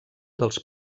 dels